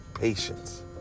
patience